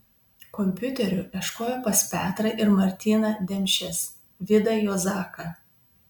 kompiuterių ieškojo pas petrą ir martyną demšes vidą juozaką